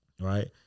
right